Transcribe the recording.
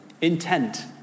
intent